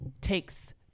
takes